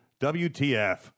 WTF